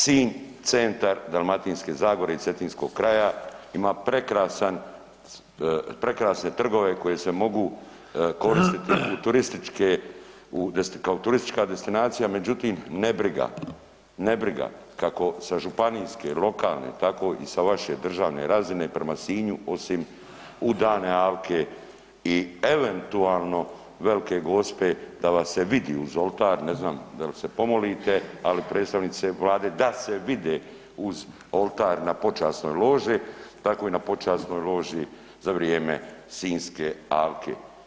Sinj centar Dalmatinske zagore i cetinskog kraja ima prekrasne trgove koji se mogu koristiti kao turistička destinacija, međutim nebriga kako sa županijska, lokalne tako i sa vaše državne razine prema Sinju osim u dane Alke i eventualno Velike Gospe da vas se vidi uz oltar, ne znam da li se pomolite, ali predstavnici Vlade da se vide uz oltar na počasnoj loži, tako i na počasnoj loži za vrijeme Sinjske alke.